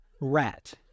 rat